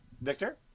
Victor